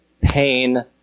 pain